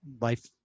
life